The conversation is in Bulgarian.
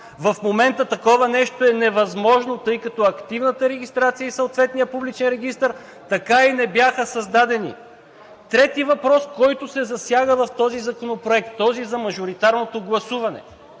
В момента такова нещо е невъзможно, тъй като активната регистрация и съответният публичен регистър така и не бяха създадени. Трети въпрос, който се засяга в този законопроект – този за мажоритарното гласуване.